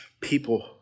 people